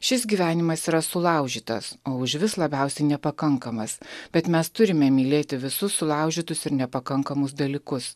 šis gyvenimas yra sulaužytas o užvis labiausiai nepakankamas bet mes turime mylėti visus sulaužytus ir nepakankamus dalykus